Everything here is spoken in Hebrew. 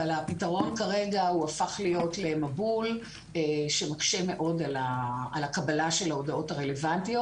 אבל הפתרון כרגע הפך למבול שמקשה מאוד על קבלת ההודעות הרלוונטיות.